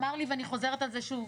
ואני חוזרת על זה שוב.